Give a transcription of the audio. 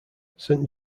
saint